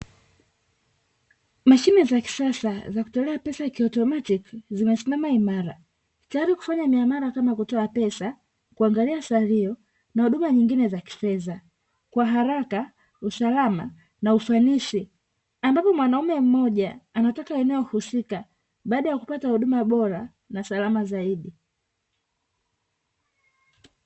Mashine za kisasa za kutolea pesa kiotomatiki zimesimama imara tayari kufanya miamala kama kutoa pesa, kuangalia salio na huduma nyingine za kifedha kwa haraka, usalama na ufanisi. Ambapo mwanaume mmoja anatoka sehemu husika baada ya kupata huduma bora na salama zaidi.